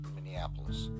Minneapolis